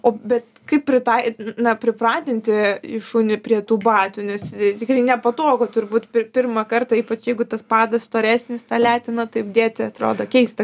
o bet kaip pritai na pripratinti šunį prie tų batų nes tikrai nepatogu turbūt pir pirmą kartą ypač jeigu tas padas storesnis tą leteną taip dėti atrodo keista